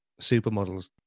supermodels